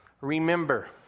Remember